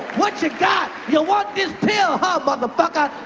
whatcha got? you want this pill huh, motherfucker?